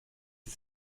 sie